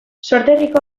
sorterriko